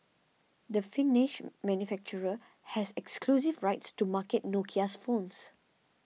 the Finnish manufacturer has exclusive rights to market Nokia's phones